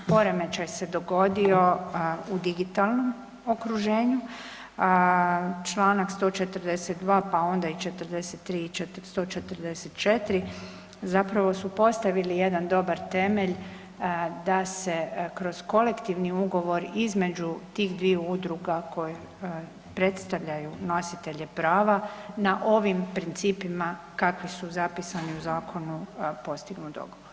Poremećaj se dogodio u digitalnom okruženju, a čl. 142., pa onda i 43. i 144. zapravo su postavili jedan dobar temelj da se kroz kolektivni ugovor između tih dviju udruga koje predstavljaju nositelje prava na ovim principima kakvi su zapisani u zakonu postignu dogovor.